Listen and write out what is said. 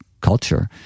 culture